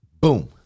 Boom